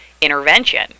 intervention